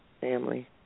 family